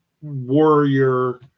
warrior